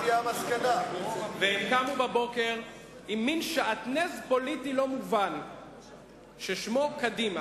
הם קמו בבוקר עם שעטנז פוליטי לא מובן ששמו קדימה.